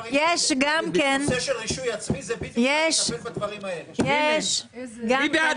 רוויזיה על הסתייגות מספר 78. מי בעד